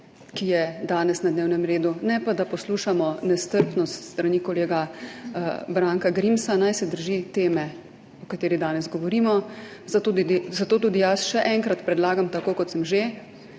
ki je danes na dnevnem redu, ne pa, da poslušamo nestrpnost s strani kolega Branka Grimsa. Naj se drži teme o kateri danes govorimo, zato tudi jaz še enkrat predlagam, tako kot sem že,